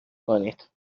کنید